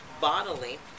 bodily